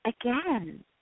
again